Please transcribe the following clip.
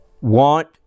want